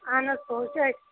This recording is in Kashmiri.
اہن حظ پوٚز ہے